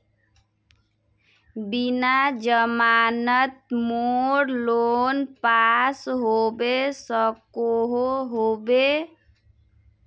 बिना जमानत मोर लोन पास होबे सकोहो होबे?